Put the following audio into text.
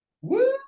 Woo